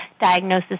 diagnosis